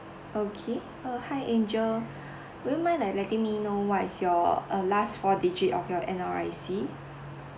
okay uh hi angel would you mind like letting me know what is your uh last four digit of your N_R_I_C